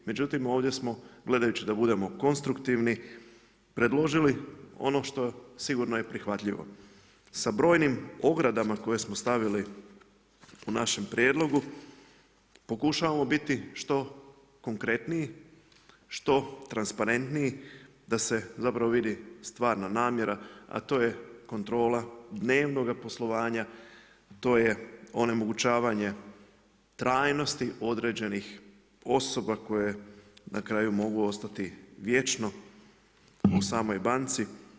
Međutim, ovdje smo gledajući da budemo konstruktivni preložili ono što sigurno je prihvatljivo, sa brojnim ogradama koje smo stavili u našem prijedlogu, pokušavamo biti što konkretniji, što transparentniji, da se zapravo vidi stvarno namjera, a to je kontrola, dnevnoga poslovanja, to je onemogućavanje trajnosti, određenih osoba koje na kraju mogu ostati vječno u samoj banci.